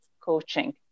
coaching